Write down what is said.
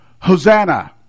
Hosanna